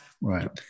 right